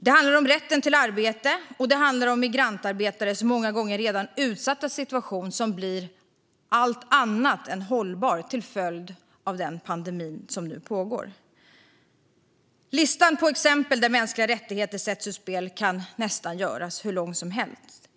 Det handlar om rätten till arbete och om migrantarbetares många gånger redan utsatta situation som blir allt annat än hållbar till följd av pandemin som nu pågår. Listan på exempel där mänskliga rättigheter sätts ur spel kan göras nästan hur lång som helst.